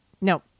no